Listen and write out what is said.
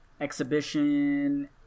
exhibition